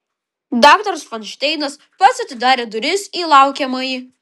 daktaras fainšteinas pats atidarė duris į laukiamąjį